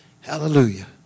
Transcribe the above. Hallelujah